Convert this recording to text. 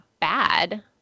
bad